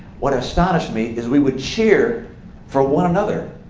what astonished me is we would cheer for one another.